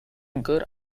good